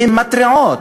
והן מתריעות,